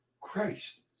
Christ